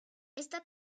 esta